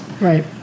Right